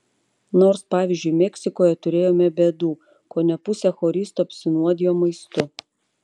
nors pavyzdžiui meksikoje turėjome bėdų kone pusė choristų apsinuodijo maistu